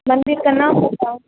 मंदिर के नाम बताउ